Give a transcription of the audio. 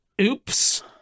Oops